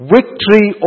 Victory